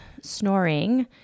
snoring